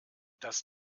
das